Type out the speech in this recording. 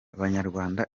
abanyarwanda